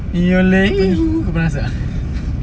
kau pernah rasa ah